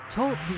Talk